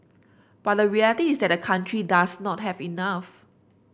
but the reality is that the country does not have enough